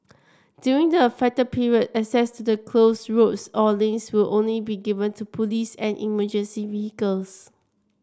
during the affected period access to the closed roads or lanes will only be given to police and emergency vehicles